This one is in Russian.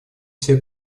все